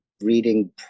reading